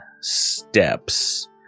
steps